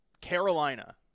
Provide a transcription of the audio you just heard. Carolina